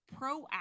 proactive